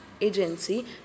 Agency